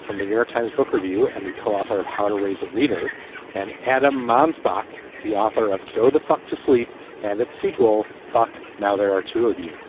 from the new york times book review and the co-author of how to raise a reader and had a man's back. the author of go the fuck to sleep and its sequel. fuck. now there are two of you.